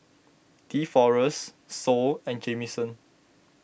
Deforest Sol and Jamison